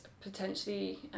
potentially